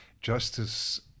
justice